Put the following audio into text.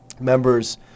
members